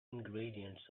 ingredients